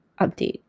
update